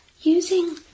Using